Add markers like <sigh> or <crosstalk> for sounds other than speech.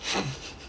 <laughs>